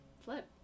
flip